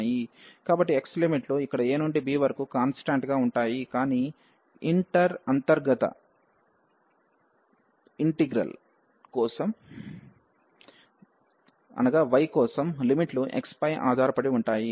కాబట్టి x limit లు ఇక్కడ a నుండి b వరకు కాన్స్టాంట్ గా ఉంటాయి కాని ఇంటర్ ఇంటిగ్రల్ y కోసం లిమిట్ లు x పై ఆధారపడి ఉంటాయి